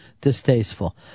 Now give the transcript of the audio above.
distasteful